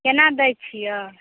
केना दइ छियै